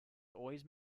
always